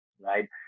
Right